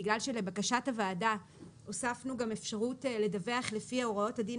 בגלל שלבקשת הוועדה הוספנו גם אפשרות לדווח לפי ההוראות הדין